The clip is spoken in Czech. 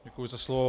Děkuji za slovo.